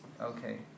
okay